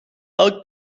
elk